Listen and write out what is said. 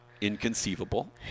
inconceivable